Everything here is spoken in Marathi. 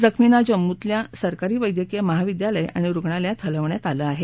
जखमींना जम्मू धिल्या सरकारी वैद्यकीय महाविद्यालय आणि रुग्णालयात हलवण्यात आलं आहे